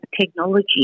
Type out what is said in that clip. technology